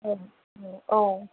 औ